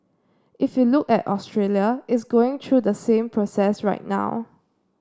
if you look at Australia it's going through the same process right now